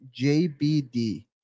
JBD